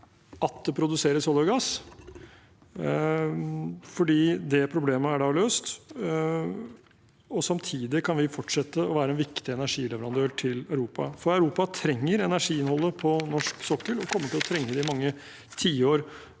at det produseres olje og gass, for det problemet er da løst. Samtidig kan vi fortsette å være en viktig energileverandør til Europa, for Europa trenger energiinnholdet på norsk sokkel og kommer til å trenge det i mange tiår